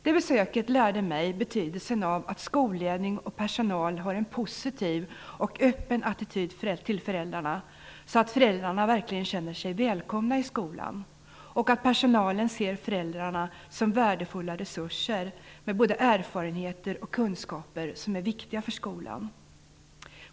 Det besöket lärde mig betydelsen av att skolledning och personal har en positiv och öppen attityd till föräldrarna, så att föräldrarna verkligen känner sig välkomna i skolan, och att personalen ser föräldrarna som värdefulla resurser med både erfarenheter och kunskaper som är viktiga för skolan.